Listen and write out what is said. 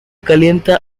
calienta